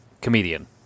comedian